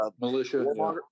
militia